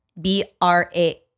B-R-A